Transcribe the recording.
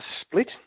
split